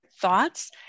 thoughts